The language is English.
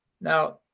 Now